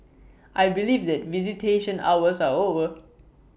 I believe that visitation hours are over